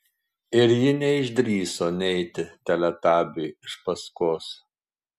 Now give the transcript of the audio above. ir ji neišdrįso neiti teletabiui iš paskos